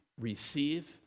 receive